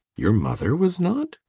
your mother was not!